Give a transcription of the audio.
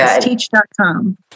Teach.com